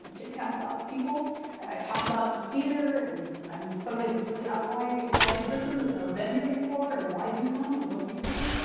chitchat with lots of people. i talk about the theater and i'm suddenly this really outgoing, excited person that's never been here before. and why do you come and what do you think?